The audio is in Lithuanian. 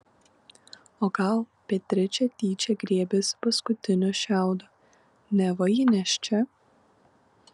o gal beatričė tyčia griebėsi paskutinio šiaudo neva ji nėščia